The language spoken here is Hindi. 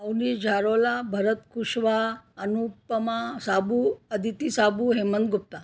अवनी झारोला भरत कुशवाहा अनुपमा शाहू अदिति शाहू हेमन्त गुप्ता